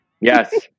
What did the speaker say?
Yes